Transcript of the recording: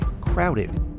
crowded